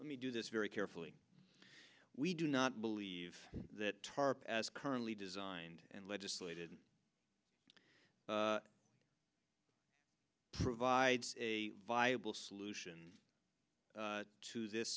let me do this very carefully we do not believe that tarp as currently designed and legislated provides a viable solution to this